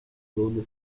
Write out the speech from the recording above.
longer